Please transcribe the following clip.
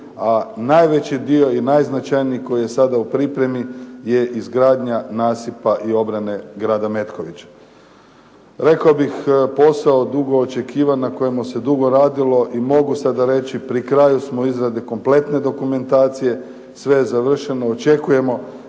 A najveći dio i najznačajniji koji je sada u pripremi je izgradnja nasipa i obrane grada Metkovića. Rekao bih posao dugo očekivan na kojemu se dugo radilo. I mogu sada reći, pri kraju smo izradi kompletne dokumentacije. Sve je završeno. Očekujemo